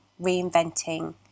reinventing